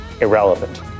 irrelevant